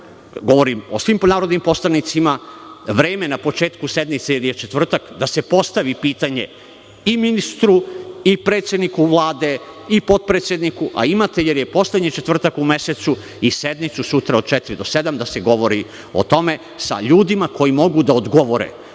govorim svim narodnim poslanicima, vreme na početku sednice, jer je četvrtak, da se postavi pitanje i ministru, i predsedniku Vlade i potpredsedniku, a imate, jer je poslednji četvrtak u mesecu, i sednicu sutra od 16.00 do 19.00 časova, da se govori o tome sa ljudima koji mogu da odgovore.